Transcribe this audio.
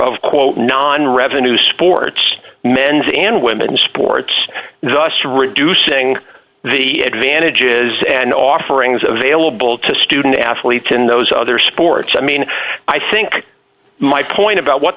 of quote non revenue sports men's and women's sports thus reducing the advantages and offerings available to student athletes in those other sports i mean i think my point about what